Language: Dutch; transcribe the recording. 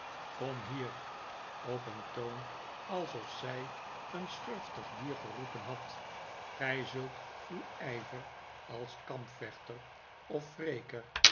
kom hier op een toon alsof zij een schurftig dier geroepen had gij zult uw ijver als kampvechter of